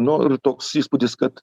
nu ir toks įspūdis kad